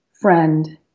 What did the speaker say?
friend